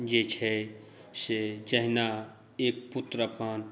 जे छै से जहिना एक पुत्र अपन